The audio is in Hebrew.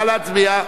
נא להצביע.